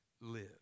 live